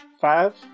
five